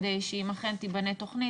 כדי שאם אכן תיבנה תוכנית,